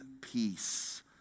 peace